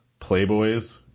Playboys